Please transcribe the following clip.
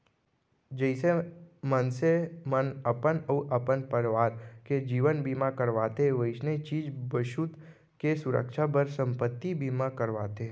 जइसे मनसे मन अपन अउ अपन परवार के जीवन बीमा करवाथें वइसने चीज बसूत के सुरक्छा बर संपत्ति बीमा करवाथें